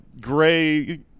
gray